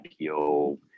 IPO